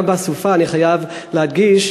גם בסופה, אני חייב להדגיש,